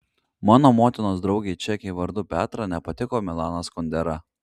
mano motinos draugei čekei vardu petra nepatiko milanas kundera